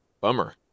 Bummer